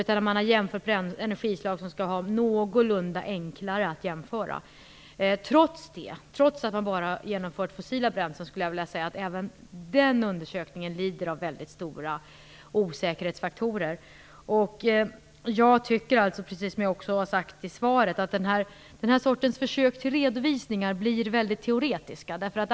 Man har jämfört med energislag som är någorlunda enklare att jämföra med. Trots att man bara värderat fossila bränslen har även den undersökningen stora osäkerhetsfaktorer. Jag tycker, precis som jag har sagt i svaret, att den här sortens försök till redovisningar blir väldigt teoretiska.